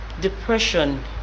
Depression